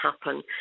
happen